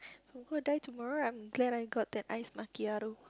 I'm going to die tomorrow I'm glad I got that ice macchiato